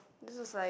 this was like